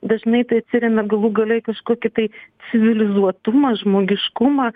dažnai tai atsiremia galų gale į kažkokį tai civilizuotumą žmogiškumą